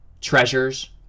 treasures